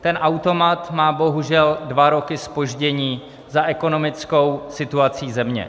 Ten automat má bohužel dva roky zpoždění za ekonomickou situací země.